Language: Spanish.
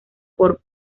por